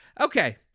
Okay